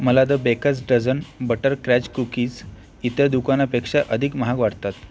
मला the baker's dozen butter crunch cookies इतर दुकानापेक्षा अधिक महाग वाटतात